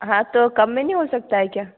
हाँ तो कम में नहीं हो सकता है क्या